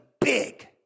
big